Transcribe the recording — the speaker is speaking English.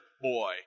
boy